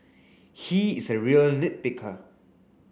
he is a real nit picker